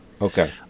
Okay